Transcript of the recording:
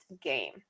game